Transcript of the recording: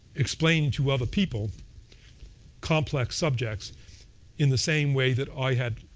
explaining to other people complex subjects in the same way that i had